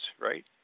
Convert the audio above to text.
right